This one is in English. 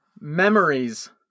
memories